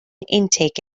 intake